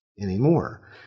anymore